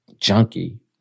junkie